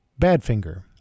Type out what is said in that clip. Badfinger